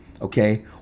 Okay